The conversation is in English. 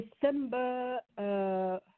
December